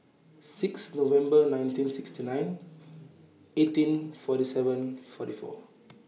six November nineteen sixty nine eighteen forty seven forty four